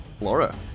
Laura